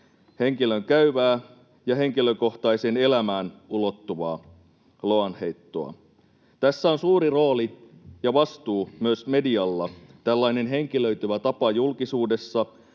henkilöön käyvää ja henkilökohtaiseen elämään ulottuvaa loanheittoa. Tässä on suuri rooli ja vastuu myös medialla. Tällainen henkilöityvä tapa julkisuudessa